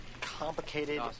Complicated